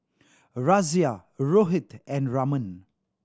Razia Rohit and Raman